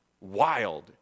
wild